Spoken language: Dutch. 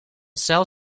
cel